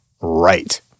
right